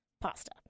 pasta